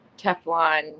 Teflon